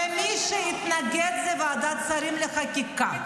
----- ומי שהתנגד זה ועדת שרים לענייני חקיקה.